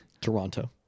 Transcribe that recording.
Toronto